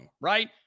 right